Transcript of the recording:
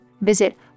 Visit